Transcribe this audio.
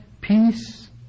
peace